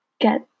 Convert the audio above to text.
Get